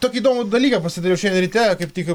tokį įdomų dalyką pasidariau šiandien ryte kaip tik